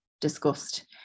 discussed